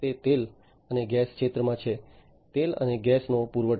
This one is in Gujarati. તે તેલ અને ગેસ ક્ષેત્રમાં છે તેલ અને ગેસનો પુરવઠો